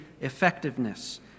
effectiveness